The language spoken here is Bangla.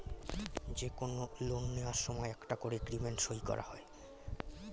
যে কোনো লোন নেয়ার সময় একটা করে এগ্রিমেন্ট সই করা হয়